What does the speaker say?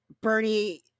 Bernie